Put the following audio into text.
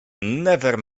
never